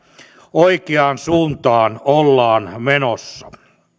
oikeaan suuntaan ollaan menossa